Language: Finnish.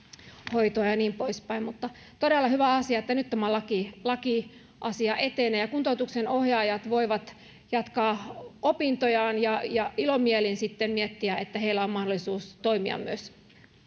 hoitoa ja niin poispäin mutta on todella hyvä asia että nyt tämä lakiasia etenee ja kuntoutuksen ohjaajat voivat jatkaa opintojaan ja ja ilomielin sitten miettiä että heillä on mahdollisuus toimia myös